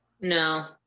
No